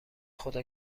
خدا